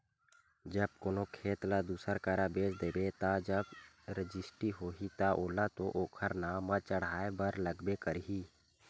जब कोनो खेत ल दूसर करा बेच देबे ता जब रजिस्टी होही ता ओला तो ओखर नांव म चड़हाय बर लगबे करही